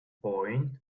point